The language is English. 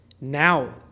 now